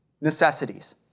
Necessities